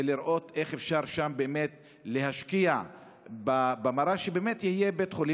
ולראות איך אפשר שם להשקיע במר"ש כדי שיהיה בית חולים,